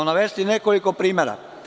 Navešću nekoliko primera.